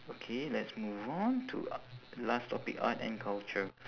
okay let's move on to a~ last topic art and culture